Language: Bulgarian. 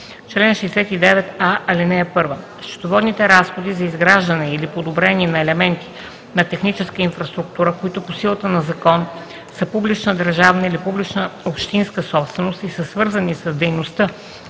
Чл. 69а. (1) Счетоводните разходи за изграждане или подобрение на елементи на техническа инфраструктура, които по силата на закон са публична държавна или публична общинска собственост и са свързани с дейността